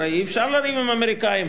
הרי אי-אפשר לריב עם האמריקנים,